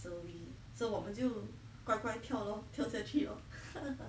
so we so 我们就乖乖跳 lor 跳下去 lor